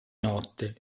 notte